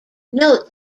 note